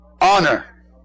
honor